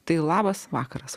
tai labas vakaras